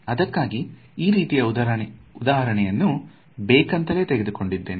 ಅದಕ್ಕಾಗಿ ಈ ರೀತಿಯ ಉದಾಹರಣೆಯನ್ನು ಬೇಕಂತಲೇ ತೆಗೆದುಕೊಂಡಿದ್ದನೆ